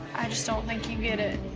i just don't think you get it.